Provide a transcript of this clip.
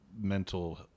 mental